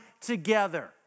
together